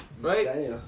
Right